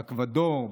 אקוודור,